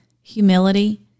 humility